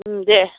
उम दे